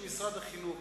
שהיא משרד החינוך.